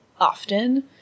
often